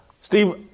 steve